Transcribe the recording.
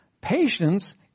Patience